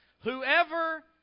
whoever